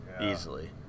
easily